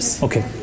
Okay